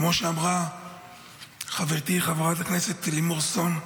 כמו שאמרה חברתי חברת הכנסת לימור סון,